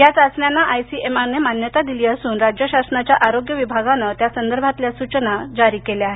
या चाचण्यांना आयसीएमआरने मान्यता दिली असून राज्य शासनाच्या आरोग्य विभागानं या संदर्भातल्या सूचना जारी केल्या आहेत